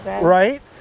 right